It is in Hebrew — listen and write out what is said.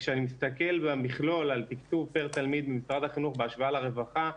כשאני מסתכל במכלול על תקצוב פר תלמיד משרד החינוך בהשוואה לרווחה,